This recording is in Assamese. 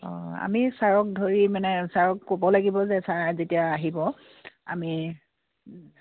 অঁ আমি ছাৰক ধৰি মানে ছাৰক ক'ব লাগিব যে ছাৰ যেতিয়া আহিব আমি